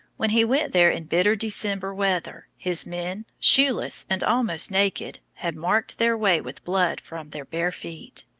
when he went there in bitter december weather, his men, shoeless and almost naked, had marked their way with blood from their bare feet.